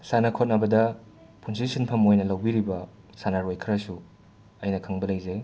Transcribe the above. ꯁꯥꯟꯅ ꯈꯣꯠꯅꯕꯗ ꯄꯨꯟꯁꯤ ꯁꯤꯟꯐꯝ ꯑꯣꯏꯅ ꯂꯧꯕꯤꯔꯤꯕ ꯁꯥꯟꯅꯔꯣꯏ ꯈꯔꯁꯨ ꯑꯩꯅ ꯈꯪꯕ ꯂꯩꯖꯩ